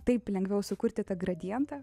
taip lengviau sukurti tą gradientą